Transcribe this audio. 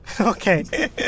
Okay